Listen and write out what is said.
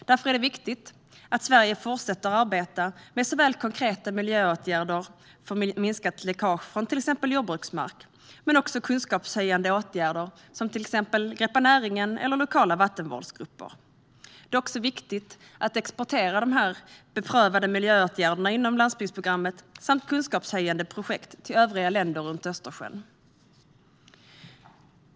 Därför är det viktigt att Sverige fortsätter arbeta med konkreta miljöåtgärder för minskat läckage från till exempel jordbruksmark men också kunskapshöjande åtgärder som Greppa näringen eller lokala vattenvårdsgrupper. Det är också viktigt att exportera de beprövade miljöåtgärderna inom landsbygdsprogrammet samt kunskapshöjande projekt till övriga länder runt Östersjön.